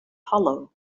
hollow